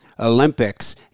olympics